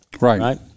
Right